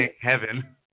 Heaven